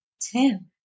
Ten